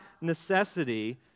necessity